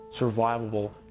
survivable